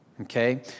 Okay